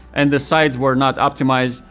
and sites were not optimized,